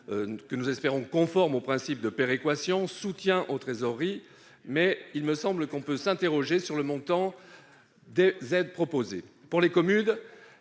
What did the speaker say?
nous l'espérons conforme au principe de péréquation -, soutien aux trésoreries. Mais il me semble qu'on peut s'interroger sur le montant des aides proposées. Pour les communes,